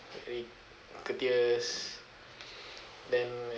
very courteous then